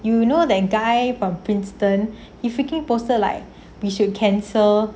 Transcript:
you know that guy from princeton he freaking poster like we should cancel